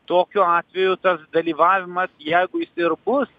tokiu atveju tas dalyvavimas jeigu jis ir bus